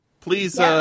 Please